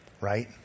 right